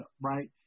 right